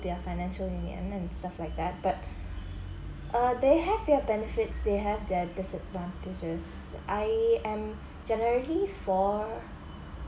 their financial and stuff like that but uh they have their benefits they have their disadvantages I am generally for